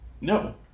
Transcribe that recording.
no